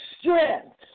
strength